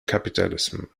capitalism